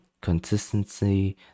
consistency